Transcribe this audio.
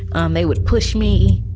and they would push me